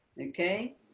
Okay